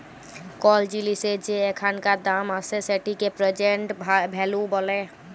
call জিলিসের যে এখানকার দাম আসে সেটিকে প্রেজেন্ট ভ্যালু ব্যলে